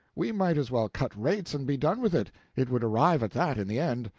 we might as well cut rates and be done with it it would arrive at that in the end.